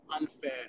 unfair